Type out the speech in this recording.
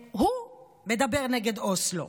מדבר נגד אוסלו.